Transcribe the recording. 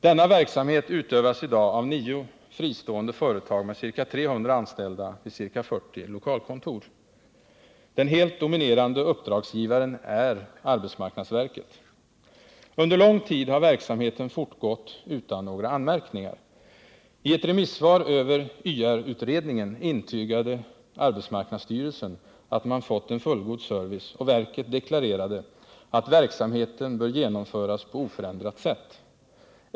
Denna verksamhet utövas i dag av nio fristående företag med ca 300 anställda vid ca 40 lokalkontor. Den helt dominerande uppdragsgivaren är arbetsmarknadsverket. Under lång tid har verksamheten fortgått utan några anmärkningar. I ett remissvar över YR-utredningen intygade AMS att man fått en fullgod service, och verket deklarerade att verksamheten bör genomföras på oförändrat sätt.